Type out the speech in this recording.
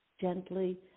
gently